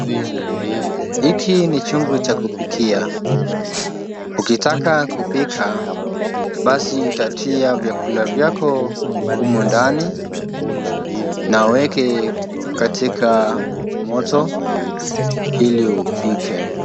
Hiki ni chungu cha kupikia. Ukitaka kupika, basi utatia vyakula vyako humu ndani na uweke katika moto ili upike.